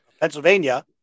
Pennsylvania